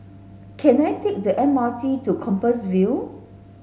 can I take the M R T to Compassvale